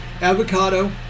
Avocado